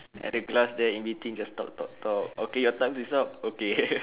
and a glass there in between just talk talk talk okay your time is up okay